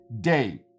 day